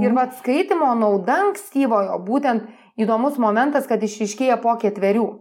ir vat skaitymo nauda ankstyvojo būtent įdomus momentas kad išryškėja po ketverių